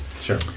Sure